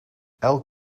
elk